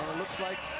looks like